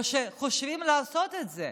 או שחושבות לעשות את זה.